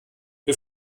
wir